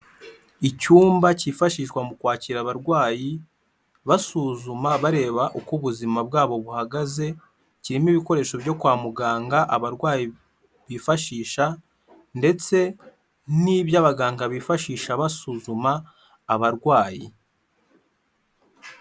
Icyumba cyifashishwa mu kwakira abarwayi basuzuma bareba uko ubuzima bwabo buhagaze, kirimo ibikoresho byo kwa muganga abarwayi bifashisha ndetse n'ibyo abaganga bifashisha basuzuma abarwayi.